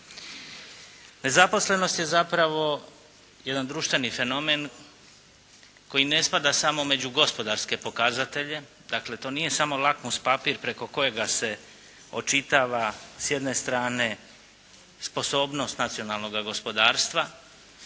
Nezaposlenost je zapravo jedan društveni fenomen koji ne spada samo među gospodarske pokazatelje. Dakle, to nije samo lakmus papir preko kojega se očitava s jedne strane sposobnost nacionalnoga gospodarstva,